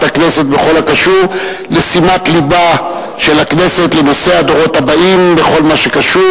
הכנסת בכל הקשור לשימת לבה של הכנסת לנושא הדורות הבאים וכל מה שקשור